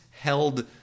held